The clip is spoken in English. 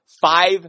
five